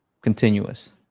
continuous